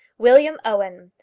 william owen,